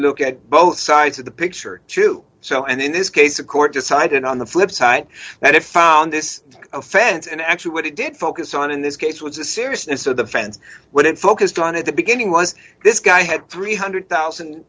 look at both sides of the picture too so and in this case a court decided on the flip side that if found this offense and actually what it did focus on in this case was the seriousness of the fence what it focused on at the beginning was this guy had three hundred thousand